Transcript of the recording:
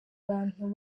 bantu